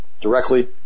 directly